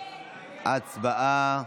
הצבעה.